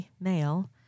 male